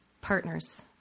partners